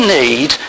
need